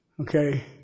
okay